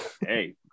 Hey